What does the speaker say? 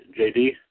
JD